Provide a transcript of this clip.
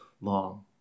long